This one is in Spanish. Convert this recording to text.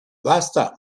basta